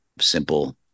simple